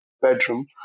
bedroom